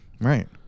right